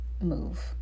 move